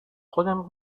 خودم